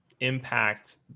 impact